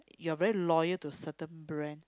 you are very loyal to certain brand